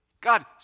God